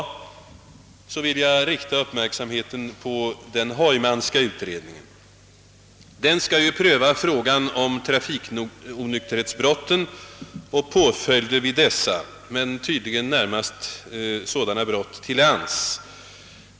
Jag vill då åter rikta upp märksamheten på den Heumanska utredningen. Denna utredning skall pröva frågan om trafikonykterhetsbrotten och den lämpliga påföljden vid dessa men tydligen närmast sådana brott till lands.